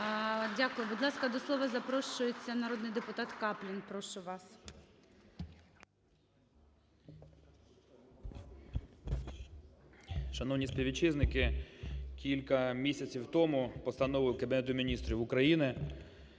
Дякую. Будь ласка, до слова запрошується народний депутат Каплін, прошу вас. 12:50:42 КАПЛІН С.М. Шановні співвітчизники! Кілька місяців тому постановою Кабінету Міністрів України